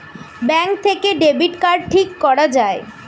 bank থেকে debit card ঠিক করা যায়